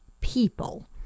people